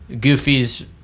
Goofy's